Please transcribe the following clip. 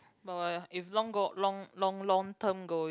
but if long goi~ long long long term going